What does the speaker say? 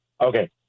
Okay